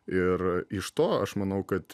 ir iš to aš manau kad